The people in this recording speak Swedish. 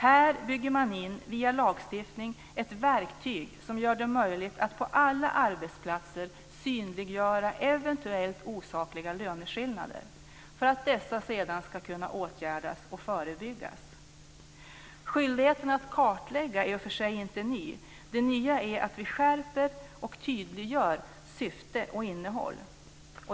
Här bygger man in, via lagstiftning, ett verktyg som gör det möjligt att på alla arbetsplatser synliggöra eventuellt osakliga löneskillnader för att dessa sedan ska kunna åtgärdas och förebyggas. Skyldigheten att kartlägga är i och för sig inte ny. Det nya är att vi skärper och tydliggör syfte och innehåll.